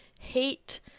hate